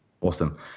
awesome